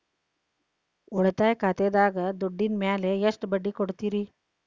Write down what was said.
ಉಳಿತಾಯ ಖಾತೆದಾಗಿನ ದುಡ್ಡಿನ ಮ್ಯಾಲೆ ಎಷ್ಟ ಬಡ್ಡಿ ಕೊಡ್ತಿರಿ?